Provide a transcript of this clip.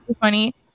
funny